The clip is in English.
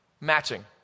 matching